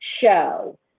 show